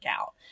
out